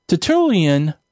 Tertullian